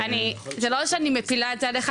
זה לא שאני מפילה את זה עליך,